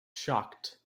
shocked